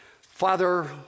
Father